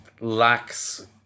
lacks